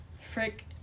Frick